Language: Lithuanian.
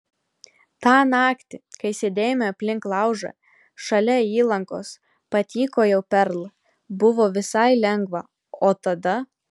tą naktį kai sėdėjome aplink laužą šalia įlankos patykojau perl buvo visai lengva o tada